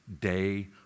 day